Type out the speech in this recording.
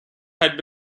had